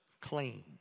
clean